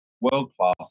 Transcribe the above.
world-class